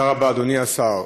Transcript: תודה רבה, אדוני השר.